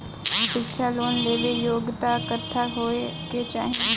शिक्षा लोन लेवेला योग्यता कट्ठा होए के चाहीं?